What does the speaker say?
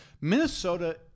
Minnesota